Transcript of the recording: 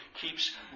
keeps